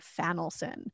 Fannelson